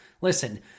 Listen